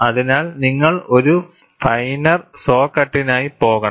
അതിനാൽ നിങ്ങൾ ഒരു ഫൈനർ സോ കട്ടിനായി പോകണം